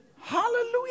Hallelujah